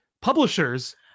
publishers